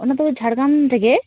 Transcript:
ᱚᱱᱟ ᱫᱚ ᱡᱷᱟᱲᱜᱨᱟᱢ ᱨᱮᱜᱮ